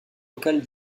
locale